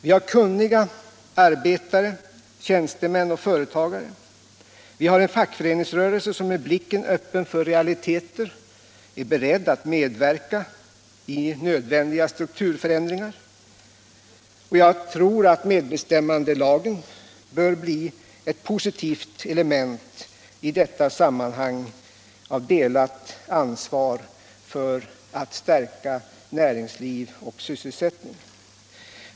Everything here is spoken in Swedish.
Vi har kunniga arbetare, tjänstemän och företagare, och vi har en fackföreningsrörelse som med blicken öppen för realiteter är beredd att medverka vid nödvändiga strukturförändringar, och jag tror att medbestämmandelagen bör kunna bli ett positivt element i detta sammanhang med delat ansvar för att stärka näringsliv och sysselsättning.